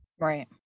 right